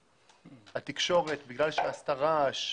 התקשורת, בגלל שעשתה רעש,